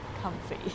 comfy